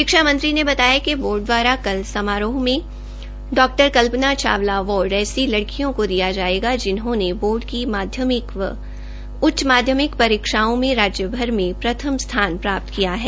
शिक्षा मंत्री ने बताया कि बोर्ड दवारा कल समारोह में डा कल्पना चावला अवार्ड ऐसी लड़कियों को दिया जायेगा जिन्होंने बोर्ड की माध्यमिक एवं उच्च माध्यमिक परीक्षाओं में राज्य भर में प्रथम स्थान प्राप्त किया है